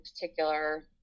particular